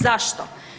Zašto?